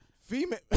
Female